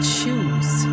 choose